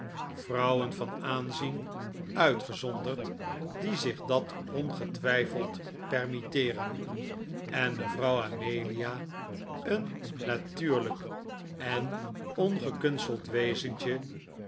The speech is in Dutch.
vrouwen van aanzien uitgezonderd die zich dat ongetwijfeld permitteeren en mevrouw amelia een natuurlijk en ongekunsteld wezentje